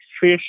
fish